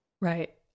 Right